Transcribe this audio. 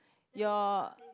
your